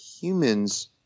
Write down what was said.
humans